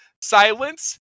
silence